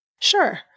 Sure